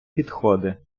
підходи